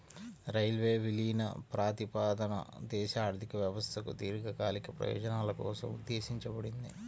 railway విలీన ప్రతిపాదన దేశ ఆర్థిక వ్యవస్థకు దీర్ఘకాలిక ప్రయోజనాల కోసం ఉద్దేశించబడింది